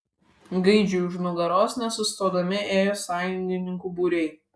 gaidžiui už nugaros nesustodami ėjo sąjungininkų būriai